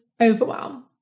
overwhelm